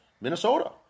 Minnesota